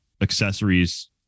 accessories